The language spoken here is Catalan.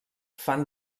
fan